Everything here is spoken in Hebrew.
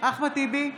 אחמד טיבי,